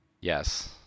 Yes